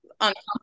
uncomfortable